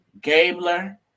Gabler